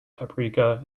paprika